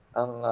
ang